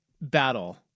battle